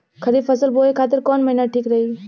खरिफ फसल बोए खातिर कवन महीना ठीक रही?